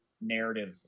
narrative